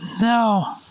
no